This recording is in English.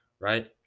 right